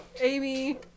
Amy